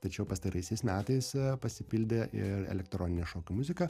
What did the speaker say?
tačiau pastaraisiais metais pasipildė ir elektroninė šokių muzika